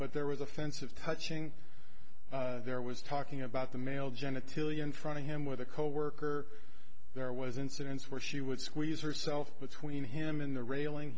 but there was offensive touching there was talking about the male genitalia in front of him with a coworker there was incidents where she would squeeze herself between him and the railing